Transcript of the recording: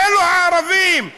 אלו הערבים,